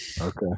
Okay